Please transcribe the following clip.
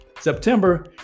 September